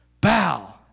bow